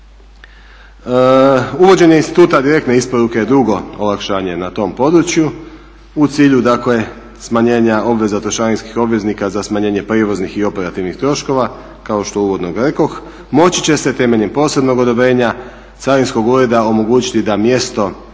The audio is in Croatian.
Uvođenje instituta direktne isporuke je drugo olakšanje na tom području u cilju dakle smanjenja obveza trošarinskih obveznika za smanjenje prijevoznih i operativnih troškova kao što uvodno rekoh, moći će se temeljem posebnog odobrenja carinskog ureda omogućiti da mjesto